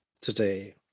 today